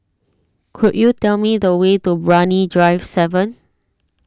could you tell me the way to Brani Drive seven